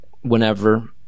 whenever